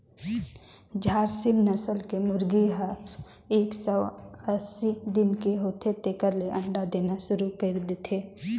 झारसिम नसल के मुरगी हर एक सौ अस्सी दिन के होथे तेकर ले अंडा देना सुरु कईर देथे